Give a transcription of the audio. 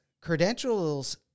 credentials